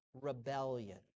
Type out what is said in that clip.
rebellion